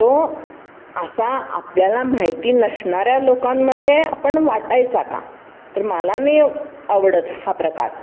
तो असा आपल्याला माहिती नसणाऱ्या लोकांमध्ये आपण वाटायचा का तर मला नाही आवडत हा प्रकार